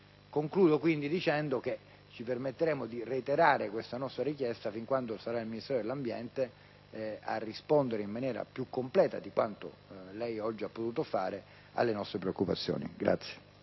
conclusione, ci permetteremo di reiterare la nostra richiesta fin quando sarà il Ministero dell'ambiente a rispondere in maniera più completa di quanto lei oggi ha potuto fare alle nostre preoccupazioni.